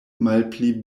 malpli